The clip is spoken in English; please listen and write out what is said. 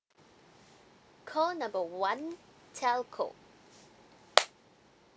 call number one telco